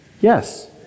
Yes